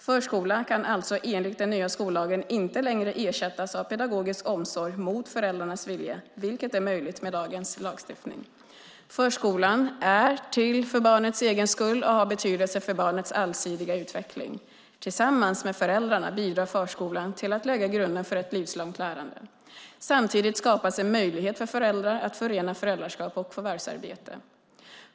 Förskola kan alltså enligt den nya skollagen inte längre ersättas av pedagogisk omsorg mot föräldrarnas vilja, vilket är möjligt med dagens lagstiftning. Förskolan är till för barnets egen skull och har betydelse för barnets allsidiga utveckling. Tillsammans med föräldrarna bidrar förskolan till att lägga grunden för ett livslångt lärande. Samtidigt skapas en möjlighet för föräldrar att förena föräldraskap och förvärvsarbete.